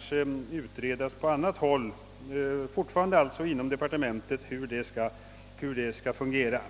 skall utredas på annat håll — men fortfarande inom departementet — hur riksplaneringen skall fungera.